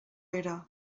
era